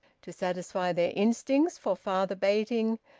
to satisfy their instincts for father-baiting,